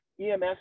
EMS